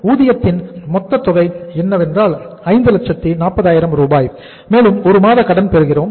ஊதியத்தின் மொத்த தொகை எவ்வளவு என்றால் 540000 மேலும் 1 மாத கடன் பெறுகிறோம்